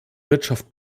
wirtschaft